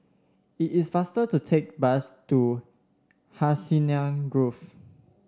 it is faster to take bus to Hacienda Grove